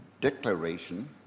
declaration